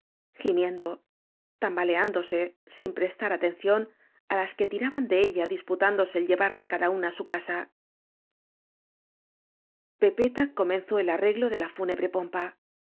gimiendo tambaleándose sin prestar atención á las que tiraban de ella disputándose el llevarla cada una á su casa pepeta comenzó el arreglo de la fúnebre pompa